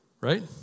Right